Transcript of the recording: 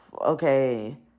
okay